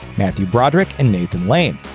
matthew broderick, and nathan lane.